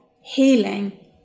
healing